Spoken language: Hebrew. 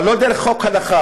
אבל לא דרך חוק הדחה.